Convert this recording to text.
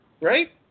right